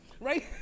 right